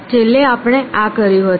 છેલ્લે આપણે આ કર્યું હતું